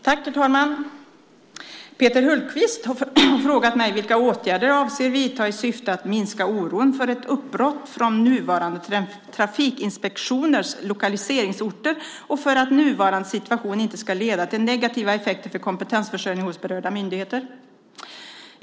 Herr talman! Peter Hultqvist har frågat mig vilka åtgärder jag avser att vidta i syfte att minska oron för ett uppbrott från nuvarande trafikinspektioners lokaliseringsorter och för att nuvarande situation inte ska leda till negativa effekter för kompetensförsörjningen hos berörda myndigheter.